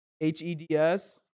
H-E-D-S